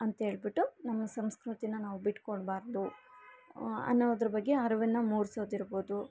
ಅಂಥೇಳ್ಬಿಟ್ಟು ನಮ್ಮ ಸಂಸ್ಕೃತಿನ ನಾವು ಬಿಟ್ಕೊಡಬಾರದು ಅನ್ನೋದರ ಬಗ್ಗೆ ಅರಿವನ್ನ ಮೂಡಿಸೋದಿರ್ಬೊದು